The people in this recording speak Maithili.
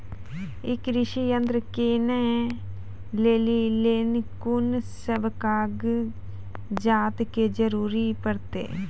ई कृषि यंत्र किनै लेली लेल कून सब कागजात के जरूरी परतै?